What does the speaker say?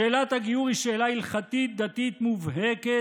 שאלת הגיור היא שאלה הלכתית-דתית מובהקת